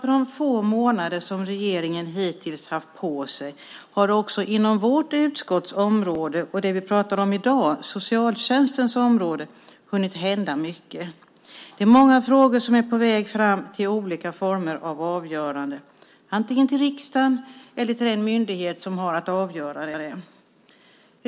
På de få månader som regeringen hittills haft på sig har det också inom vårt utskotts område och det vi pratar om i dag, socialtjänstens område, hunnit hända mycket. Det är många frågor som är på väg fram till olika former av avgörande, antingen till riksdagen eller till den myndighet som har att avgöra det.